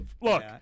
Look